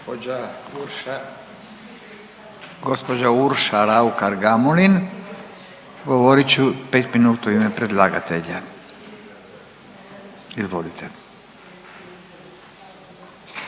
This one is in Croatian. Gospođa Urša Raukar Gamulin, govorit će pet minuta u ime predlagatelja. Izvolite.